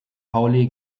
pauli